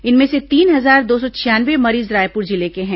इनमें से तीन हजार दो सौ छियानवे मरीज रायपुर जिले के हैं